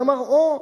ואמר: או,